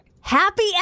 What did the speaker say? Happy